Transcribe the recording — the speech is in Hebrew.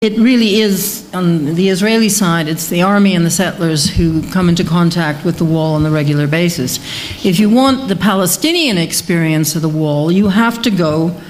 זה באמת, בשדה הישראלי, זו ארמיה והחיילים שהם מתחילים להתקשר לגבי הגביה בבקשה אם אתם רוצים את האתגר הפלסטיני של הגביה אתם צריכים ללכת